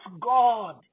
God